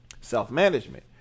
Self-management